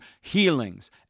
healings